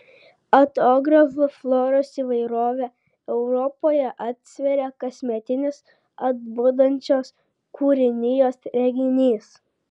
atogrąžų floros įvairovę europoje atsveria kasmetinis atbundančios kūrinijos reginys